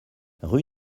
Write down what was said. rue